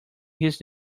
his